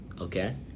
okay